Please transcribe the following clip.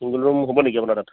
single room হ'ব নেকি আপোনাৰ তাত